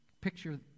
Picture